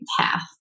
path